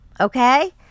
okay